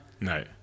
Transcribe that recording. No